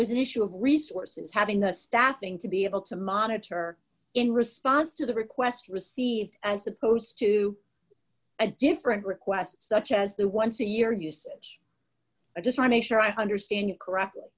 was an issue of resources having the staffing to be able to monitor in response to the request received as opposed to a different request such as the once a year usage i just make sure i understand it correctly